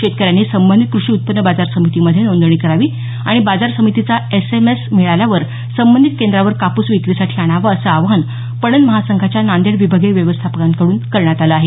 शेतकऱ्यांनी संबंधित कृषी उत्पन्न बाजार समितीमध्ये नोंदणी करावी आणि बाजार समितीचा एसएमएस मिळाल्यावर संबंधीत केंद्रावर कापूस विक्रीसाठी आणावा असं आवाहन पणन महासंघाच्या नांदेड विभागीय व्यवस्थापकांकडून करण्यात आलं आहे